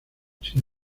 sin